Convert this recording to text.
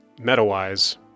meta-wise